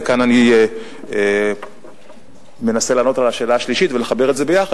וכאן אני מנסה לענות על השאלה השלישית ולחבר את זה ביחד,